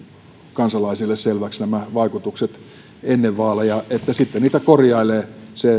kansalaisille selväksi ennen vaaleja sitten niitä korjailee